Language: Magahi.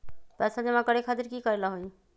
पैसा जमा करे खातीर की करेला होई?